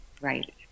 Right